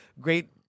great